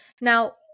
Now